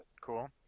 Cool